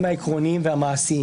הקשיים העקרוניים והמעשיים,